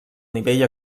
nivell